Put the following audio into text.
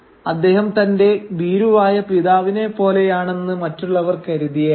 അദ്ദേഹം തന്റെ ഭീരുവായ പിതാവിനെ പോലെയാണെന്ന് മറ്റുള്ളവർ കരുതിയേക്കാം